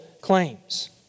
claims